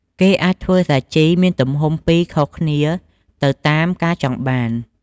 គេអាចធ្វើសាជីមានទំហំពីរខុសគ្នាទៅតាមការចង់បាន។